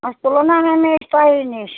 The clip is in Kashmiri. أسۍ تُلو نا وۅنۍ تۄہی نِش